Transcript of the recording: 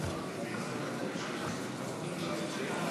חברי כנסת